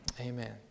Amen